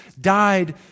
died